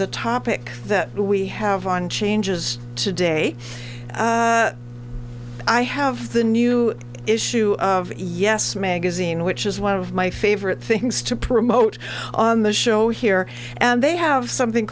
the topic that we have on changes today i have the new issue of yes magazine which is one of my favorite things to promote on the show here and they have something